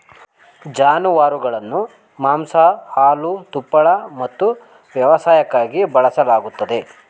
ಜಾನುವಾರುಗಳನ್ನು ಮಾಂಸ ಹಾಲು ತುಪ್ಪಳ ಮತ್ತು ವ್ಯವಸಾಯಕ್ಕಾಗಿ ಬಳಸಿಕೊಳ್ಳಲಾಗುತ್ತದೆ